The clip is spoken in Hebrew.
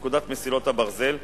בפקודת מסילות הברזל ,